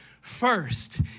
First